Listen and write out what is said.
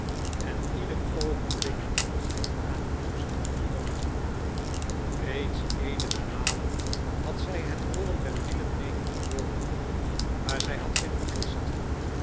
en ieder oogenblik zijn aankomst verwachtte reeds eenige malen had zij het rollen der wielen meenen te hooren maar zij had zich vergist